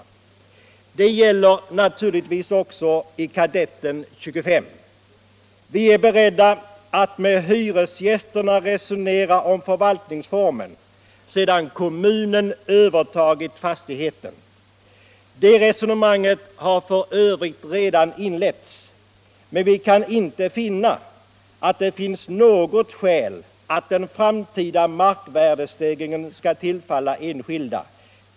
Det gäller naturligtvis också Kadetten 25. Vi är beredda att med hyresgästerna resonera om förvaltningsformen sedan kommunen övertagit fastigheten. Det resonemanget har för övrigt redan inletts. Men vi kan inte finna att det finns något skäl att den framtida markvärdestegringen skulle tillfalla enskilda.